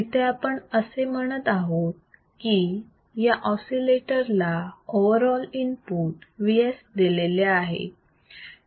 इथे आपण असे म्हणत आहोत की या ऑसिलेटर ला ओव्हर ऑल इनपुट Vs दिलेले आहे